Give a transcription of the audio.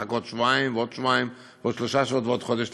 לחכות שבועיים ועוד שבועיים ועוד שלושה שבועות ועוד חודש.